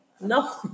No